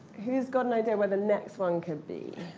who's got an idea where the next one could be?